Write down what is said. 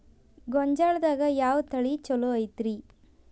ಗೊಂಜಾಳದಾಗ ಯಾವ ತಳಿ ಛಲೋ ಐತ್ರಿ?